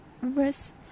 verse